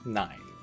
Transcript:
nine